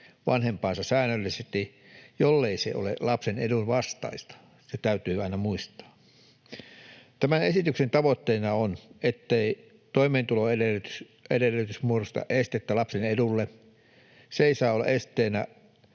vanhempaansa säännöllisesti, jollei se ole lapsen edun vastaista. Se täytyy aina muistaa. Tämän esityksen tavoitteena on, ettei toimeentuloedellytys muodosta estettä lapsen edulle. Se ei saa olla esteenä